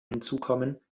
hinzukommen